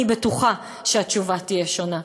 אני בטוחה שהתשובה תהיה שונה.